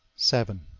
seven.